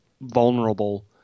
vulnerable